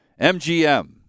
MGM